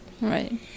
Right